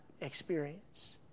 experience